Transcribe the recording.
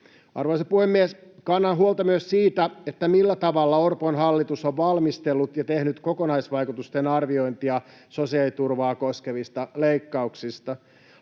Arvoisa puhemies! Kannan huolta myös siitä, millä tavalla Orpon hallitus on valmistellut ja tehnyt kokonaisvaikutusten arviointia sosiaaliturvaa koskevista leikkauksista.